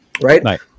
right